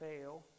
fail